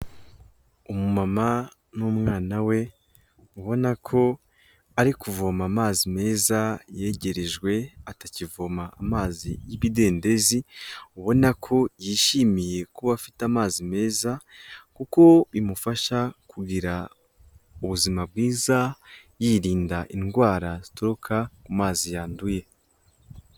Umumama n'umwana we ubona ko ari kuvoma amazi meza yegerejwe atakivoma amazi y'ibidendezi, ubona ko yishimiye kuba afite amazi meza kuko bimufasha kugira ubuzima bwiza, yirinda indwara zituruka ku mazi yanduye.